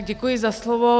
Děkuji za slovo.